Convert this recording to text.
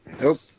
Nope